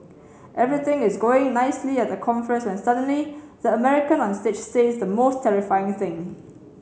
everything is going nicely at the conference when suddenly the American on stage says the most terrifying thing